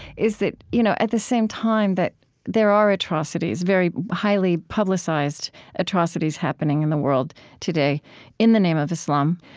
is that, you know, at the same time, that there are atrocities, very highly-publicized atrocities, happening in the world today in the name of islam.